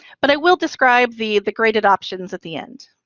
but i will describe the the graded options at the end.